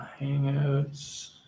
Hangouts